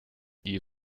die